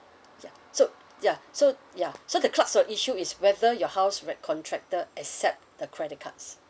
ya so ya so ya so the kinds of issue is whether your house re~ contractor accept the credit cards